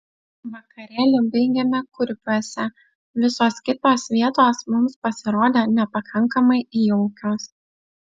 vakarėlį baigėme kurpiuose visos kitos vietos mums pasirodė nepakankamai jaukios